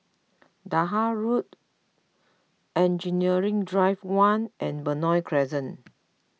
Dahan Road Engineering Drive one and Benoi Crescent